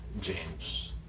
James